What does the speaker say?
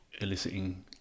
eliciting